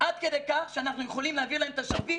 עד כדי כך שאנחנו יכולים להעביר להם את השרביט,